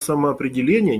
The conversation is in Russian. самоопределение